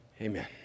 Amen